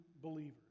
believers